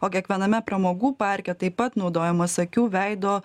o kiekviename pramogų parke taip pat naudojamas akių veido